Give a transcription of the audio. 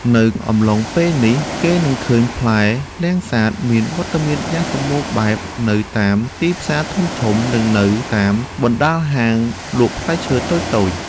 នៅអំឡុងពេលនេះ គេនឹងឃើញផ្លែលាំងសាតមានវត្តមានយ៉ាងសម្បូរបែបនៅតាមទីផ្សារធំៗ និងនៅតាមបណ្ដាលហាងលក់ផ្លែឈើតូចៗ។